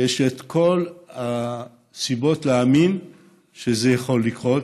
ויש את כל הסיבות להאמין שזה יכול לקרות.